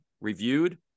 reviewed